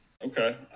Okay